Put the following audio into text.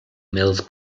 mills